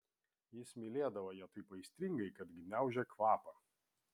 jis mylėdavo ją taip aistringai kad gniaužė kvapą